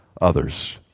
others